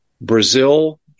Brazil –